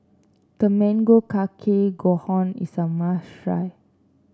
Tamago Kake Gohan is a must try